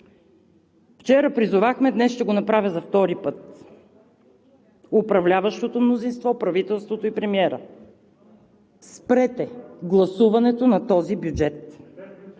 Вчера призовахме, днес ще го направя за втори път: управляващото мнозинство, правителството и премиерът – спрете гласуването на този бюджет!